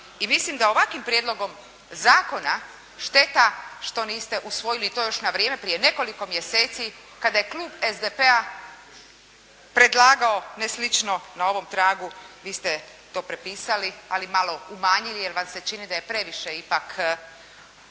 i mislim da ovakvim prijedlogom zakona, šteta što niste usvojili to još na vrijeme prije nekoliko mjeseci kada je klub SDP-a predlagao slično na ovom tragu, vi ste to prepisali, ali malo umanjili jer vam se čini da je previše ipak učiniti